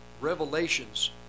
revelations